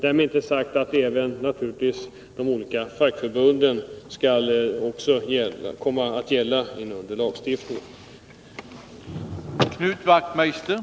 Därmed är naturligtvis inte sagt att lagstiftningen inte skall gälla även för fackförbund.